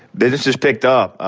business has picked up.